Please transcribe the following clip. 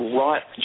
right